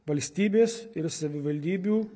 valstybės ir savivaldybių